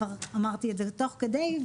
כבר אמרתי את זה תוך כדי.